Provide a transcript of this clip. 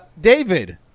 David